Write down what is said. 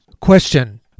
Question